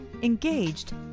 engaged